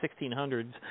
1600s